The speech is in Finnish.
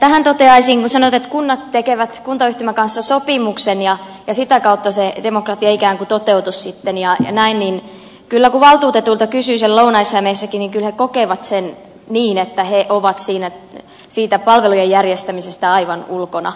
tähän toteaisin kun sanot että kunnat tekevät kuntayhtymän kanssa sopimuksen ja sitä kautta se demokratia ikään kuin toteutuisi sitten ja näin niin kyllä kun valtuutetuilta kysyy siellä lounais hämeessäkin niin kyllä he kokevat sen niin että he ovat siitä palvelujen järjestämisestä aivan ulkona